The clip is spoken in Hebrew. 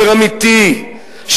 יותר אמיתי,